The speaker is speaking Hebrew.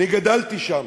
אני גדלתי שם.